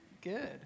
Good